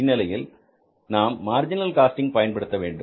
இந்நிலையில் நாம் marginal costing பயன்படுத்த வேண்டும்